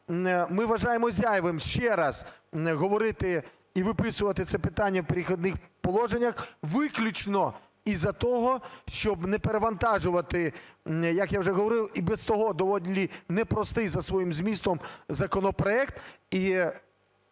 ми вважаємо зайвим ще раз говорити і виписувати це питання в "Перехідних положеннях" виключно із-за того, щоб не перевантажувати, як я вже говорив, і без того доволі непростий за своїм змістом законопроект.